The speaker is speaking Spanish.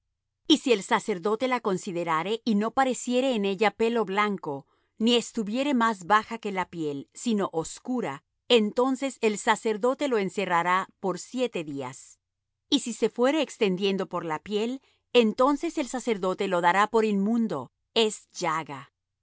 y si el sacerdote la considerare y no pareciere en ella pelo blanco ni estuviere más baja que la piel sino oscura entonces el sacerdote lo encerrará por siete días y si se fuere extendiendo por la piel entonces el sacerdote lo dará por inmundo es llaga